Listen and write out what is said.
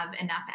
enough